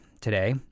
today